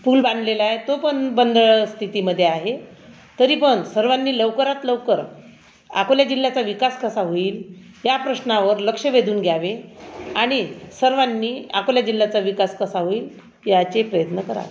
पूल बांधलेला आहे तो पण बंद स्थितीमध्ये आहे तरी पण सर्वांनी लवकरात लवकर आकोल्या जिल्ह्याचा विकास कसा होईल या प्रश्नावर लक्ष वेधून घ्यावे आणि सर्वांनी आकोला जिल्ह्याचा विकास कसा होईल याचे प्रयत्न करावे